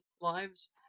lives